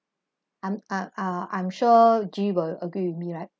I'm uh uh I'm sure gi will agree with me right